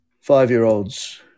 five-year-olds